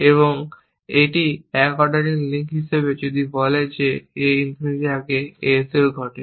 এবং এটি 1 ordering link হিসাবে যদি বলে যে A ইনফিনিটির আগে A 0 ঘটে